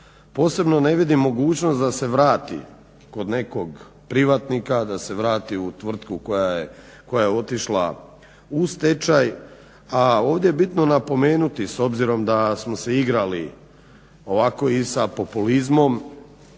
Posebno ne vidim mogućnost da se vrati kod nekog privatnika, da se vrati u tvrtku koja je otišla u stečaj, a ovdje je bitno napomenuti s obzirom da smo se igrali ovako i sa populizmom,